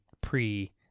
pre